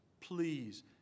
Please